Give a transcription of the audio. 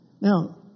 Now